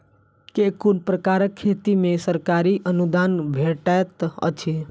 केँ कुन प्रकारक खेती मे सरकारी अनुदान भेटैत अछि?